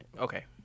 Okay